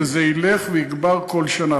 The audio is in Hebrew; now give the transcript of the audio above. וזה ילך ויגבר בכל שנה.